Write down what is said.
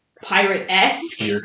pirate-esque